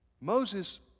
Moses